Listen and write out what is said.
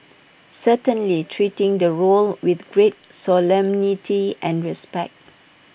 certainly treating the role with great solemnity and respect